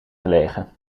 gelegen